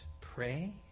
pray